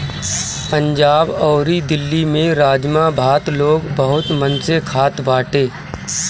पंजाब अउरी दिल्ली में राजमा भात लोग बहुते मन से खात बाटे